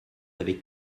avez